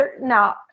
Now